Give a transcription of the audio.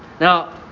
Now